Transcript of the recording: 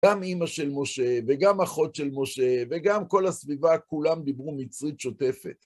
גם אמא של משה, וגם אחות של משה, וגם כל הסביבה כולם דיברו מצרית שוטפת.